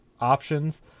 options